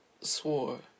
swore